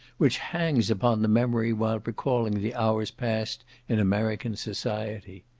which hangs upon the memory while recalling the hours passed in american society.